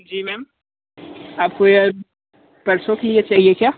जी ma'am आपको ये परसों की लिए चाहिए क्या